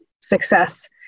success